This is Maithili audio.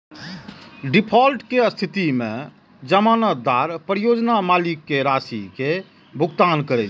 डिफॉल्ट के स्थिति मे जमानतदार परियोजना मालिक कें राशि के भुगतान करै छै